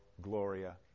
gloria